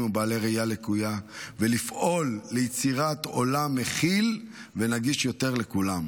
או בעלי ראייה לקויה ולפעול ליצירת עולם מכיל ונגיש יותר לכולם.